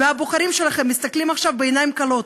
והבוחרים שלכם מסתכלים עכשיו בעיניים כלות